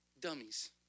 dummies